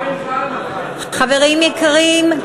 חברים יקרים,